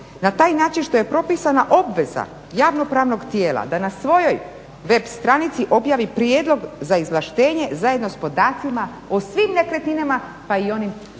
na taj način što je propisana obveza javnopravnog tijela da na svojoj web stranici objavi prijedlog za izvlaštenje zajedno sa podacima o svim nekretninama pa i onim susjednim